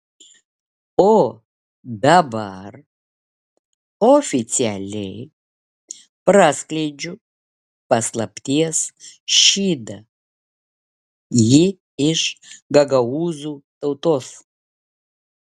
o dabar oficialiai praskleidžiu paslapties šydą ji iš gagaūzų tautos